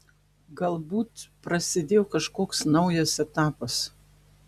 galbūt prasidėjo kažkoks naujas etapas